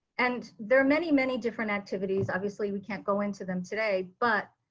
and there are many, many different activities obviously we can't go into them today. but,